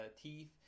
teeth